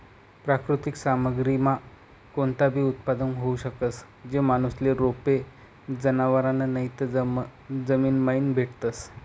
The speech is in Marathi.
प्राकृतिक सामग्रीमा कोणताबी उत्पादन होऊ शकस, जे माणूसले रोपे, जनावरं नैते जमीनमाईन भेटतस